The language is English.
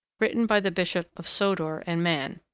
written by the bishop of sodor and man.